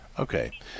Okay